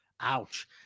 Ouch